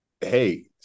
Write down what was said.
hey